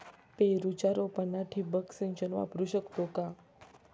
पेरूच्या रोपांना ठिबक सिंचन वापरू शकतो का?